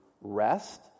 rest